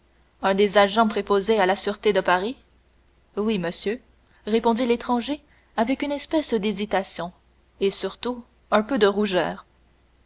un des agents préposés à la sûreté de paris oui monsieur répondit l'étranger avec une espèce d'hésitation et surtout un peu de rougeur